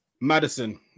Madison